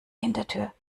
hintertür